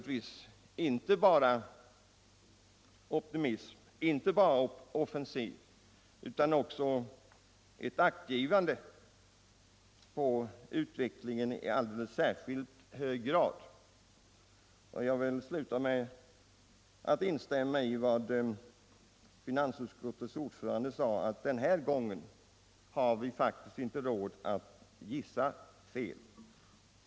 Detta kräver inte bara optimism och offensiv handling utan också ett aktgivande på utvecklingen i alldeles särskillt hög grad. Jag instämmer i vad finansutskottets ordförande sade om att vi denna gång faktiskt inte har råd att gissa fel.